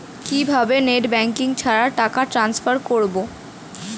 কিভাবে net banking ছাড়া টাকা টান্সফার করব?